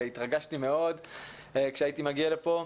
והתרגשתי מאוד כשהייתי מגיע לפה,